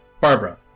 Barbara